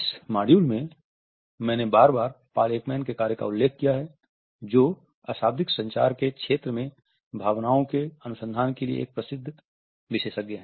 इस मॉड्यूल में मैंने बार बार पॉल एकमैन के कार्य का उल्लेख किया है जो अशाब्दिक संचार के क्षेत्र में भावनाओं के अनुसंधान के लिए एक प्रसिद्ध विशेषज्ञ है